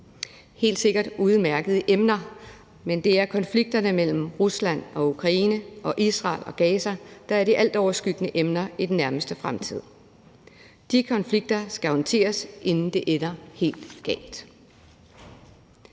helt sikkert udmærkede emner, men det er konflikterne mellem Rusland og Ukraine og mellem Israel og Gaza, der er de altoverskyggende emner i den nærmeste fremtid. De konflikter skal håndteres, inden det ender helt galt.